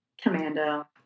Commando